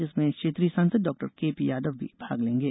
जिसमें क्षेत्रीय सांसद डॉक्टर केपी यादव भी भाग लेंगे